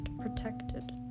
protected